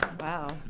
Wow